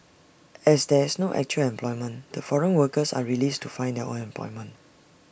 as there is no actual employment the foreign workers are released to find their own employment